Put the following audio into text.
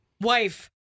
Wife